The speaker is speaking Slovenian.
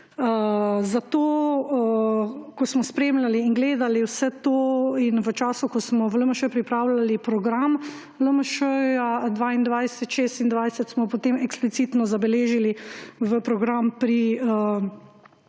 smo, ko smo spremljali in gledali vse to in v času, ko smo v LMŠ pripravljali program LMŠ 2022–2026, potem eksplicitno zabeležili v program pri